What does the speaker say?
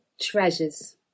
treasures